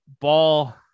ball